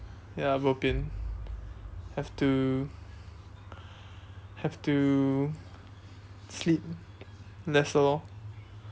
ya bopian have to have to sleep lesser lor